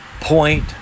point